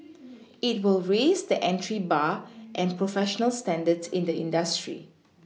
it will raise the entry bar and professional standards in the industry